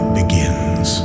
begins